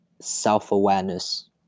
self-awareness